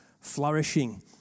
flourishing